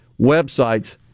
websites